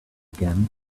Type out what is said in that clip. again